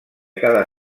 cara